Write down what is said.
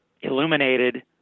illuminated